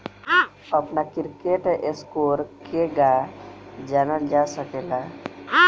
अपना credit score केगा जानल जा सकेला?